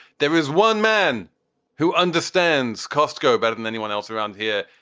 there is one man who understands costco better than anyone else around here.